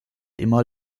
immer